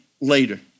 later